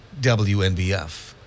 WNBF